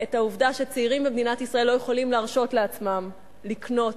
את העובדה שצעירים במדינת ישראל לא יכולים להרשות לעצמם בית.